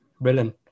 Brilliant